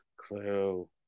Clue